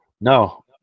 No